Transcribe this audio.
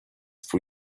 for